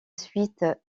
suite